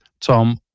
Tom